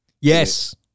Yes